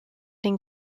den